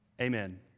amen